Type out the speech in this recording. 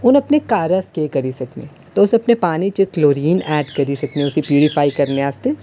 हून अपने घर आस्तै करी सकने आं तुस अपने पानी च कलोरिन ऐड करी सकदे ओ उस्सी प्यूरीफाई करने आस्तै